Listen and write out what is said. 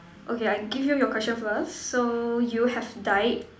okay I give you your question first so you have died